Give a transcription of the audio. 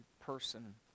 person